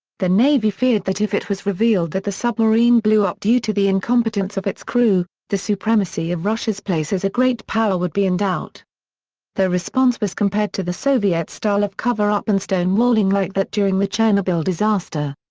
the navy feared that if it was revealed that the submarine blew up due to the incompetence of its crew, the supremacy of russia's place as a great power would be in doubt their response was compared to the soviet style of cover up and stonewalling like that during the chernobyl disaster.